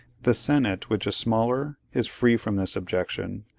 the senate, which is smaller, is free from this objection,